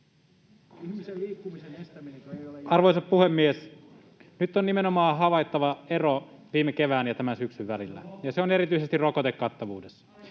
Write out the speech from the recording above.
Arvoisa puhemies! Nyt on nimenomaan havaittava ero viime kevään ja tämän syksyn välillä, ja se on erityisesti rokotekattavuudessa.